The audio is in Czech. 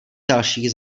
dalších